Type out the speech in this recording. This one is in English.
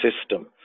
system